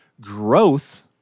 Growth